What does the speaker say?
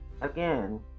Again